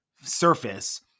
surface